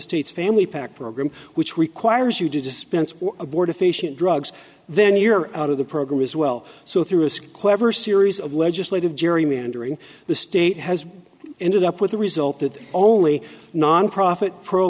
state's family pact program which requires you to dispense abortifacient drugs then you're out of the program as well so through its clever series of legislative gerrymandering the state has ended up with the result that only nonprofit pro